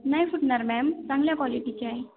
नाही फुटणार मॅम चांगल्या क्वालिटीचे आहे